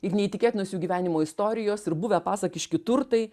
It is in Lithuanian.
ir neįtikėtinos jų gyvenimo istorijos ir buvę pasakiški turtai